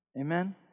Amen